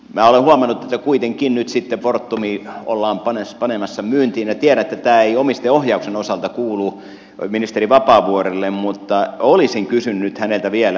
minä olen huomannut että kuitenkin nyt sitten fortumia ollaan panemassa myyntiin ja tiedän että tämä ei omistajaohjauksen osalta kuulu ministeri vapaavuorelle mutta olisin kysynyt häneltä vielä